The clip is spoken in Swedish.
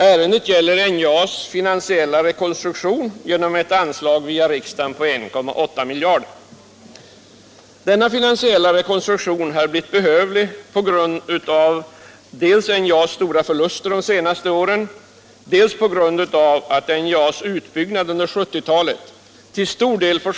Ärendet gäller NJA:s finansiella rekonstruktion genom ett anslag via riksdagen på 1 800 milj.kr.